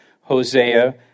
Hosea